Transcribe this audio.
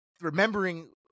remembering